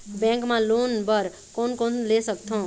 Bank मा loan बर कोन कोन ले सकथों?